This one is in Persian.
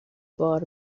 بار